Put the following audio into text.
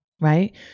Right